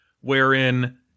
wherein